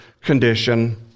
condition